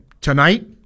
tonight